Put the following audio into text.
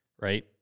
right